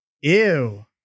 Ew